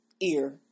ear